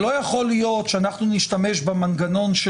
לא יכול להיות שאנחנו נשתמש במנגנון של